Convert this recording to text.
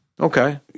Okay